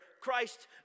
Christ